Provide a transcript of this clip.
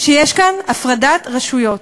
שיש כאן הפרדת רשויות.